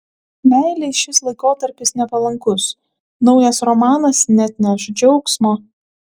meilei šis laikotarpis nepalankus naujas romanas neatneš džiaugsmo